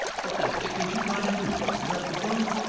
what the dickens you trying to do? wreck the firm?